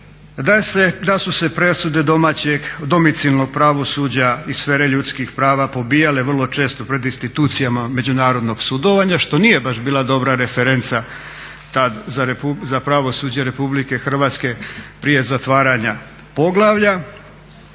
da su se presude domicilnog pravosuđa iz sfere ljudskih prava pobijale vrlo često pred institucijama međunarodnog sudovanja što nije baš bila dobra referenca tada za pravosuđe RH prije zatvaranja poglavlja